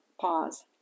Pause